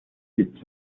sits